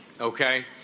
okay